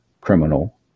criminal